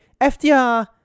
fdr